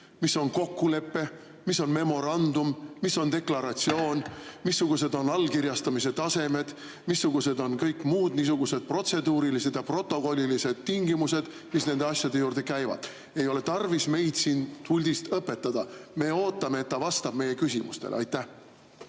mis on kokkulepe, mis on memorandum, mis on deklaratsioon, missugused on allkirjastamise tasemed, missugused on kõik muud niisugused protseduurilised ja protokollilised tingimused, mis nende asjade juurde käivad. Ei ole tarvis meid siin puldist õpetada. Me ootame, et ta vastaks meie küsimustele. Ma